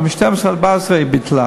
אבל מ-12 עד 14 היא ביטלה,